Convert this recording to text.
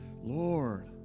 Lord